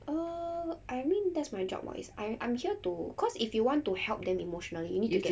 err I mean that's my job what is I I'm here to cause if you want to help them emotionally you need to